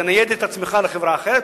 לנייד את עצמך לחברה אחרת.